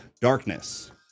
darkness